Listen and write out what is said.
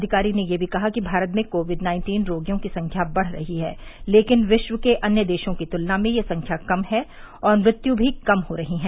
अधिकारी ने यह भी कहा कि भारत में कोविड नाइन्टीन रोगियों की संख्या बढ़ रही है लेकिन विश्व के अन्य देशों की तुलना में यह संख्या कम है और मृत्यु भी कम हो रही हैं